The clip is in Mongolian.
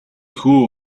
хүү